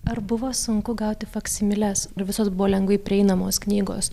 ar buvo sunku gauti faksimiles ar visos buvo lengvai prieinamos knygos